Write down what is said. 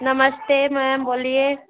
नमस्ते मैम बोलिए